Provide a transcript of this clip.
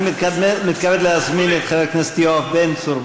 אני מתכבד להזמין את חבר הכנסת יואב בן צור.